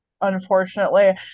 Unfortunately